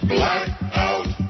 Blackout